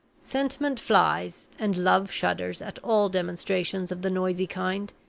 sentiment flies and love shudders at all demonstrations of the noisy kind.